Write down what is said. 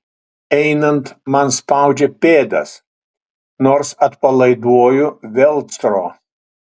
einant man spaudžia pėdas nors atpalaiduoju velcro